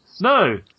No